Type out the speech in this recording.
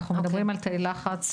אנחנו מדברים על תאי לחץ.